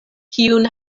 kiun